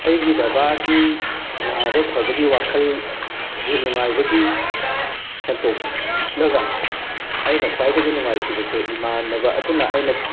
ꯑꯩꯒꯤ ꯕꯕꯥꯒꯤ ꯅꯥꯕ ꯐꯕꯒꯤ ꯋꯥꯈꯜꯒꯤ ꯅꯨꯡꯉꯥꯏꯕꯒꯤ ꯍꯦꯟꯗꯣꯛꯂꯒ ꯑꯩꯅ ꯈ꯭ꯋꯥꯏꯗꯒꯤ ꯅꯨꯡꯉꯥꯏꯈꯤꯕꯁꯤ ꯏꯃꯥꯟꯅꯕ ꯑꯗꯨꯅ ꯑꯩꯅ